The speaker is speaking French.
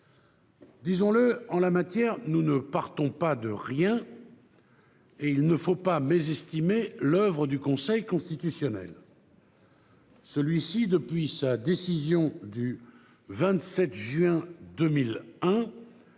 Disons-le, en la matière, nous ne partons pas de rien et il ne faut pas mésestimer l'oeuvre du Conseil constitutionnel. Celui-ci, depuis sa décision du 27 juin 2001,